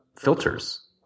filters